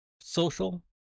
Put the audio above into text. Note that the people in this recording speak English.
social